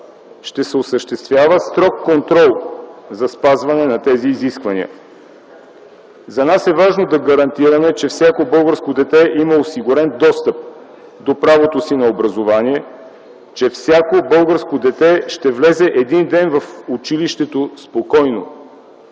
Ще се осъществява строг контрол за спазване на тези изисквания. За нас е важно да гарантираме, че всяко българско дете има осигурен достъп до правото си на образование, че всяко българско дете ще влезе един ден в училището спокойно,